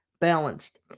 balanced